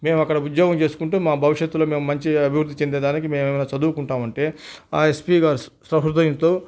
మేము అక్కడ ఉద్యోగం చేసుకుంటూ మా భవిష్యత్తులో మేము మంచి అభివృద్ధి చెందే దానికి మేము ఏమైనా చదువుకుంటాం అంటే ఆ ఎస్పీ గారు సహృదయంతో